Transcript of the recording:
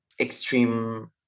extreme